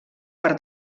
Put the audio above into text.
per